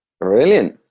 Brilliant